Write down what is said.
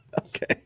Okay